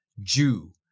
Jew